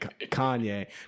kanye